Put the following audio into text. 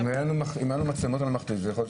אם היה לו מצלמות על המכת"זית יכול להיות